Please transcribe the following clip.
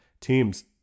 teams